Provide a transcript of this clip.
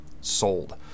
sold